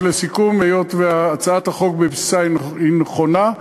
לסיכום היות שהצעת החוק נכונה בבסיסה.